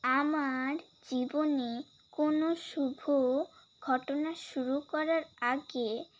আমার জীবনে কোনো শুভ ঘটনা শুরু করার আগে